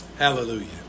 Hallelujah